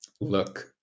look